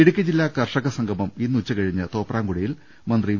ഇടുക്കി ജില്ലാ കർഷകസംഗമം ഇന്ന് ഉച്ചകഴിഞ്ഞ് തോപ്രാംകുടിയിൽ മന്ത്രി വി